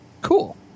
Cool